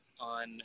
on